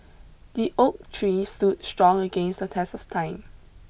the oak tree stood strong against the test of time